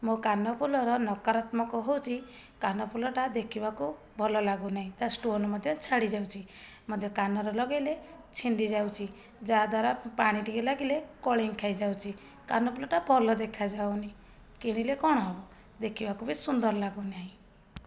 ମୋ କାନଫୁଲର ନକରାତ୍ମକ ହେଉଛି କାନଫୁଲଟା ଦେଖିବାକୁ ଭଲ ଲାଗୁନାହିଁ ତା ଷ୍ଟୋନ୍ ମଧ୍ୟ ଛାଡ଼ିଯାଉଛି ମଧ୍ୟ କାନର ଲଗାଇଲେ ଛିଣ୍ଡିଯାଉଛି ଯାହାଦ୍ଵାରା ପାଣି ଟିକିଏ ଲାଗିଲେ କଳଙ୍କି ଖାଇଯାଉଛି କାନଫୁଲଟା ଭଲ ଦେଖାଯାଉନି କିଣିଲେ କ'ଣ ହେବ ଦେଖିବାକୁ ବି ସୁନ୍ଦର ଲାଗୁନାହିଁ